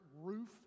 roof